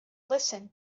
listen